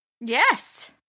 Yes